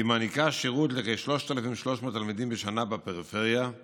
והיא מעניקה שירות לכ-3,300 תלמידים בפריפריה מדי שנה,